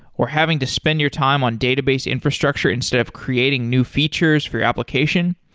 or having to spend your time on database infrastructure instead of creating new features for your application?